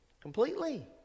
Completely